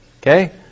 Okay